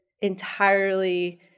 entirely